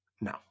No